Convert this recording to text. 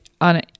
on